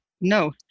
no